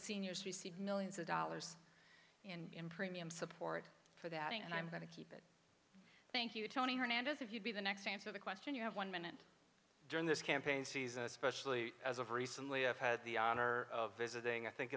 seniors receive millions of dollars and premium support for that and i'm going to keep thank you tony hernandez if you'd be the next answer the question you have one minute during this campaign season especially as of recently i've had the honor of visiting i think